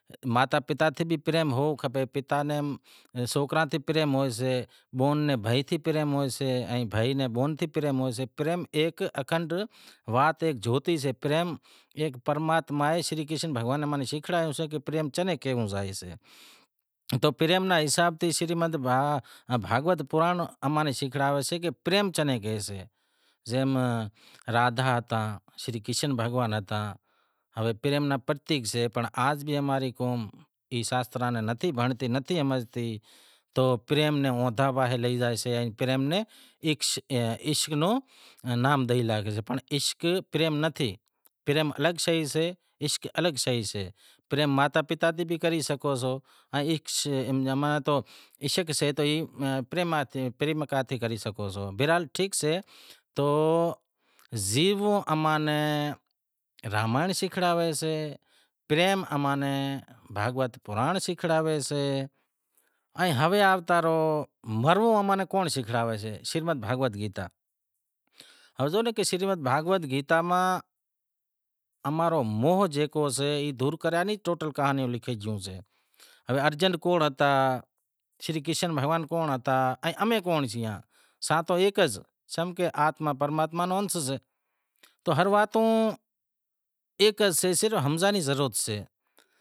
ماتا پتا سیں بھی پریم ہونڑ کھپے، پتا نیں سوکراں تے پریم ہوئیسے، ان بھائی نیں بیہن سیں پریم ہوئیسے پریم ایک اکھنڈ وات سے، بھگوان شری کرشن امیں شیکھڑایو سے کہ پریم چے ناں کہیو زائے تو پریم رے حساب سین شریمد بھاگوت پرانڑ امیں شیکھلاوسے کہ پریم چے ناں کہیوسیں، زے ماں رادہا تاں شری کرشن گھواب ہتاں پریم ای سے پر آز بھی اماری قوم ای شاستراں ناں نتھی بھنڑتی، نتھہی ہمزتی تو پریم نے عشق نو نام ڈیشیں پر عشق پریم نتھی عشق الگ شے سے، ماتا پتا سیں بھی کری سگھو تا، برحال ٹھیک سے جیووں اماں نے رامائینڑ شیکھڑائے سے پریم اماں نیں بھاگوت پرانڑ شیکھائیسے، ہوے آوتا رہو مرووں آپاں نیں کونڑ شیکھلاڑسے، بھاگوت گیتا، ہمزو کہ شریمد بھاگوت گیتا ماں امارو موہ جیکو سے ای دور کریا نیں ٹوٹل کہانی لکھے گیو سے۔ ہوے ارجن کونڑ ہتا شری کرشن بھگوان کونڑ ہتا ائیں امیں کونڑ سیئاں؟ سا تو ایک ایز چمکہ آتما پرماتما ایک سے تو ہر وات ایک سے لیکن ہمزنڑ ری ضرورت سے۔